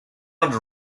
also